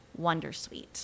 wondersuite